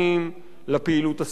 לפעילות הסביבתית,